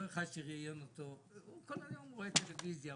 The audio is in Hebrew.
אחד שראיין אותו כל היום רואה טלוויזיה.